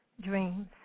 dreams